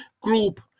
group